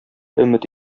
өмет